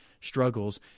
struggles